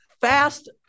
fast